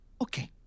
Okay